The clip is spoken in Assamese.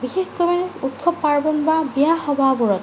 বিশেষকৈ উৎসৱ পাৰ্বণ বা বিয়া সবাহবোৰত